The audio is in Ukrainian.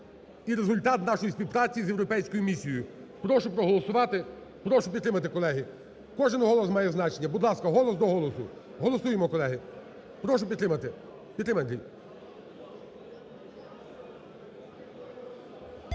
і результат нашої співпраці з Європейською місією. Прошу проголосувати, прошу підтримати, колеги, кожен голос має значення. Будь ласка, голос до голосу, голосуємо, колеги. Прошу підтримати. Підтримай,